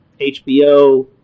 HBO